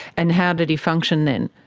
and how did he function then?